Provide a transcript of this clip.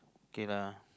okay lah